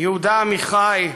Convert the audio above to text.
יהודה עמיחי,